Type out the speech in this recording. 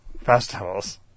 festivals